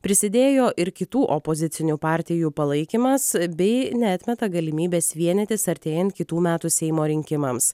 prisidėjo ir kitų opozicinių partijų palaikymas bei neatmeta galimybės vienytis artėjant kitų metų seimo rinkimams